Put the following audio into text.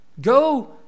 Go